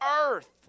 earth